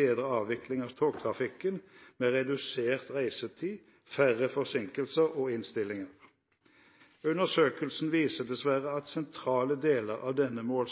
bedre avvikling av togtrafikken, med redusert reisetid og færre forsinkelser og innstillinger. Undersøkelsen viser dessverre at sentrale deler av denne